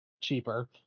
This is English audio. cheaper